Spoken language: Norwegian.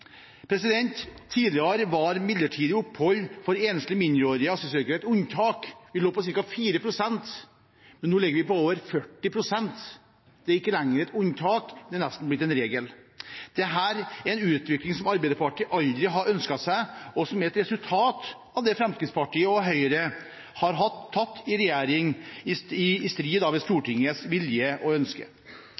Tidligere var midlertidig opphold for enslige mindreårige asylsøkere et unntak – vi lå på ca. 4 pst., nå ligger vi på over 40 pst. Det er ikke lenger et unntak, det er nesten blitt en regel. Dette er en utvikling som Arbeiderpartiet aldri har ønsket seg, og som er et resultat av det som Fremskrittspartiet og Høyre har gjort i regjering, i strid med Stortingets vilje og ønske.